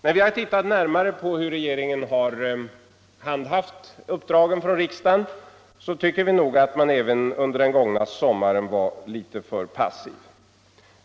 När vi har sett närmare på hur regeringen har handhaft sina uppdrag från riksdagen i denna fråga tycker vi nog att man även under den gångna sommaren varit litet för passiv.